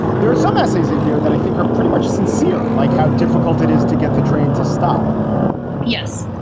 there are some essays in here that i think are pretty much sincere, like how difficult it is to get the train to stop yes.